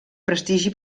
prestigi